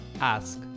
Ask